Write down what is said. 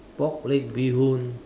pork leg bee-hoon